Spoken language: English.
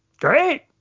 great